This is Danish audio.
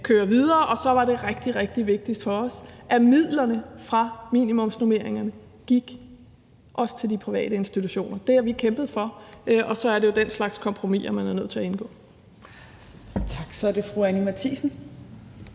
køre videre, og det var så rigtig, rigtig vigtigt for os, at midlerne fra minimumsnormeringerne også gik til de private institutioner. Det har vi kæmpet for, og det er jo så den slags kompromiser, man er nødt til at indgå. Kl. 15:19 Fjerde næstformand